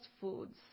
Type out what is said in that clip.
foods